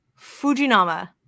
Fujinama